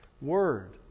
word